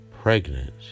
pregnant